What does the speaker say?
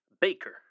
Baker